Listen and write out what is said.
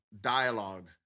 dialogue